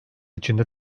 içinde